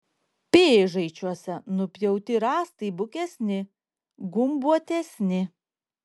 pėžaičiuose nupjauti rąstai bukesni gumbuotesni